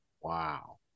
Wow